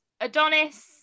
Adonis